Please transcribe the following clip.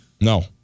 No